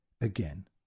again